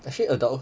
actually adulthood